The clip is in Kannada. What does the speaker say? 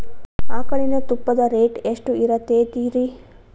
ಆಕಳಿನ ತುಪ್ಪದ ರೇಟ್ ಎಷ್ಟು ಇರತೇತಿ ರಿ?